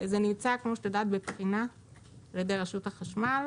זה נמצא בבחינה על ידי רשות החשמל